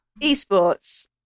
Esports